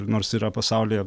ir nors yra pasaulyje